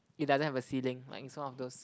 it doesn't have a ceiling like is one of those